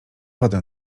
wodę